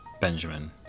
Benjamin